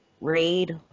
read